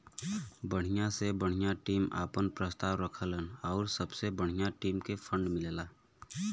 बढ़िया से बढ़िया टीम आपन प्रस्ताव रखलन आउर सबसे बढ़िया टीम के फ़ंड मिलला